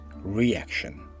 reaction